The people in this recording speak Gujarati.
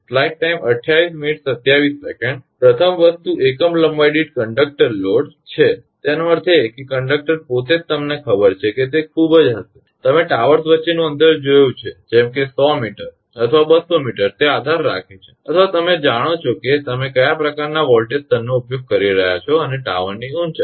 પ્રથમ વસ્તુ એકમ લંબાઈ દીઠ કંડકટર લોડ છે તેનો અર્થ એ કે કંડક્ટર પોતે જ તમને ખબર છે કે તે ખૂબ જ હશે તમે ટાવર્સ વચ્ચેનું અંતર જોયું છે જેમ કે 100 𝑚 અથવા 200 𝑚 તે આધાર રાખે છે અથવા તમે જાણો છો કે તમે કયા પ્રકારનાં વોલ્ટેજ સ્તરનો ઉપયોગ કરી રહ્યાં છો અને ટાવરની ઊંચાઇ